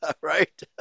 Right